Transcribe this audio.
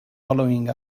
following